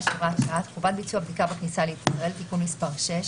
(הוראת שעה) (חובת ביצוע בדיקה בכניסה לישראל) (תיקון מס' 6),